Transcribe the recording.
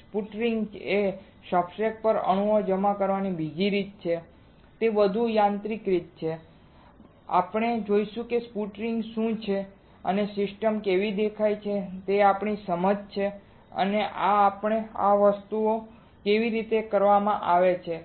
sputtering એ substrate પર અણુઓ જમા કરવાની બીજી રીત છે તે વધુ યાંત્રિક રીત છે આપણે જોઈશું કે સ્પુટરિંગ શું કરે છે અને સિસ્ટમ કેવી દેખાય છે તે આપણી સમજ છે આ આપણે ખરેખર આ વસ્તુઓ કેવી રીતે કરવામાં આવે છે